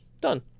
Done